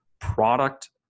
product